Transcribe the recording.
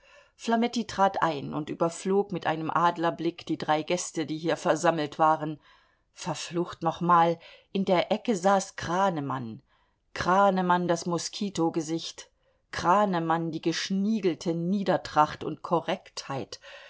flametti trat ein und überflog mit einem adlerblick die drei gäste die hier versammelt waren verflucht nochmal in der ecke saß kranemann kranemann das moskitogesicht kranemann die geschniegelte niedertracht und korrektheit